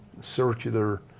circular